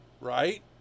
right